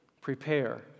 prepare